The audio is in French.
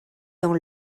dans